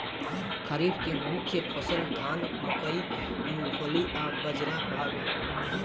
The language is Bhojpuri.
खरीफ के मुख्य फसल धान मकई मूंगफली आ बजरा हवे